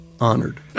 Honored